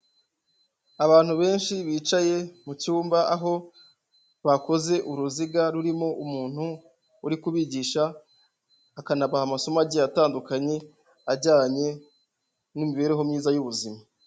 Abantu benshi bicaye mu cyumba aho bakoze uruziga rurimo umuntu uri kubigisha akanabaha amasomo agiye atandukanye ajyanye n'imibereho myiza y'ubuzima.